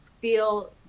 feel